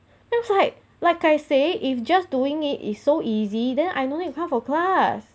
looks like like I say if just doing it is so easy then I no need to come for class